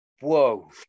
whoa